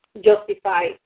justify